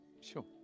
sure